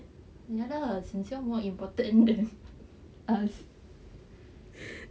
ya lah sheng siong more important than us